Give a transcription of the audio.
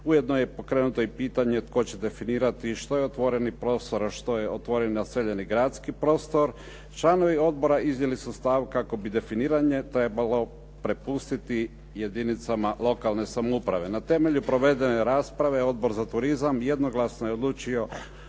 Ujedno je i pokrenuto i pitanje tko će definirati što je otvoreni prostor, a što je otvoreni naseljeni gradski prostor. Članovi odbora iznijeli su stav kako bi definiranje trebalo prepustiti jedinicama lokalne samouprave. Na temelju provedene rasprave Odbor za turizam jednoglasno je odlučio